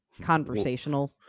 conversational